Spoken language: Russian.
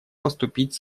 поступить